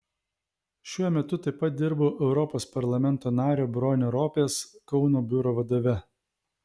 šiuo metu taip pat dirbu europos parlamento nario bronio ropės kauno biuro vadove